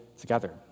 together